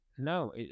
No